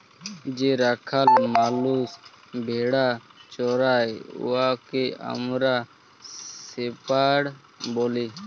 যে রাখাল মালুস ভেড়া চরাই উয়াকে আমরা শেপাড় ব্যলি